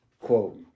Quote